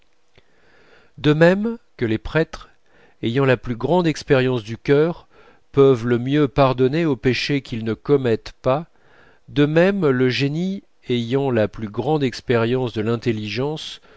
de même que les prêtres ayant la plus grande expérience du cœur peuvent le mieux pardonner aux péchés qu'ils ne commettent pas de même le génie ayant la plus grande expérience de l'intelligence